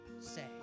say